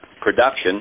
production